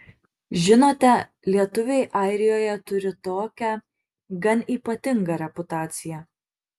žinote lietuviai airijoje turi tokią gan ypatingą reputaciją